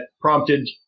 prompted